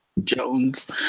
Jones